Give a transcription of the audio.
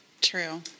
true